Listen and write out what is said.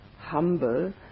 humble